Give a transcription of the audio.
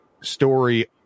story